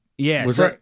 Yes